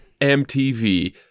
mtv